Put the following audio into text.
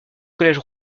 collège